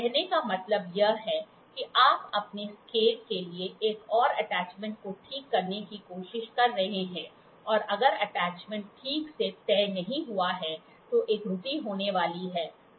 कहने का मतलब यह है कि आप अपने स्केल के लिए एक और अटैचमेंट को ठीक करने की कोशिश कर रहे हैं और अगर अटैचमेंट ठीक से तय नहीं हुआ है तो एक त्रुटि होने वाली है